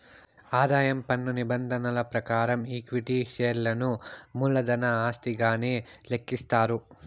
ఆదాయం పన్ను నిబంధనల ప్రకారం ఈక్విటీ షేర్లను మూలధన ఆస్తిగానే లెక్కిస్తారు